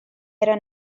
era